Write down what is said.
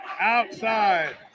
outside